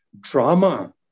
drama